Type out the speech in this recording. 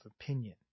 opinion